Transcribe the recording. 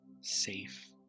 safe